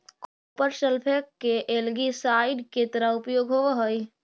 copper sulphate के algicide के तरह उपयोग होवऽ हई